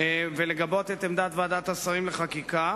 ולגבות את עמדת ועדת השרים לחקיקה,